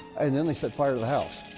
and then they set fire to the house